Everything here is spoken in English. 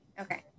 Okay